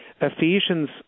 Ephesians